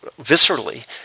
viscerally